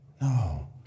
no